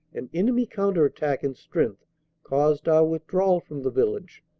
an enemy counter attack in strength caused our withdrawal from the village,